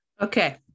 Okay